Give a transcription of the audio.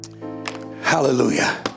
Hallelujah